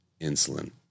insulin